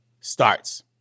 starts